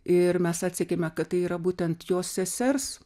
ir mes atsekėme kad tai yra būtent jos sesers